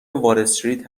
والاستریت